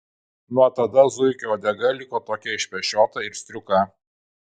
nuo tada zuikio uodega liko tokia išpešiota ir striuka